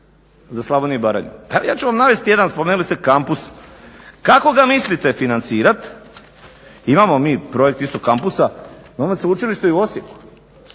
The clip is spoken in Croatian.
za Slavoniju i Baranju. Ja ću vam navesti jedan, spomenuli ste kampus. Kako ga mislite financirati, imamo mi projekt isto kampusa, imamo sveučilište i u Osijeku,